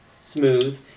smooth